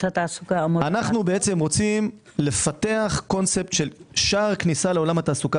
אנו רוצים לפתח קונספט של שער כניסה לעולם התעסוקה